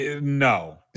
No